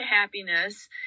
happiness